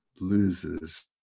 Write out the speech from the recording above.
loses